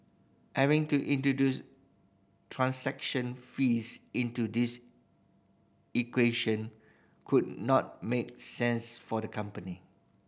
having to introduce transaction fees into this equation would not make sense for the company